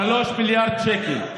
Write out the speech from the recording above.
3 מיליארד שקל.